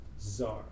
czar